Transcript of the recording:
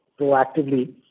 proactively